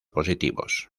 positivos